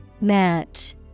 Match